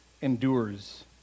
endures